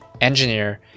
engineer